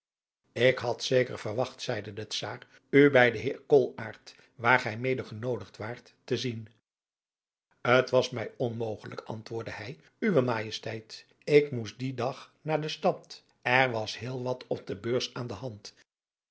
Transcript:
ik had zeker verwacht zeide de czaar u bij den heer koolaart waar gij mede genoodigd waart te zien t was mij onmogelijk antwoordde hij uwe majesteit ik moest dien dag naar stad er was heel wat op de beurs aan de hand